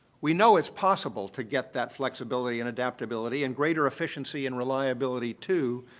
we know it's possible to get that flexibility and adaptability and greater efficiency and reliability, too,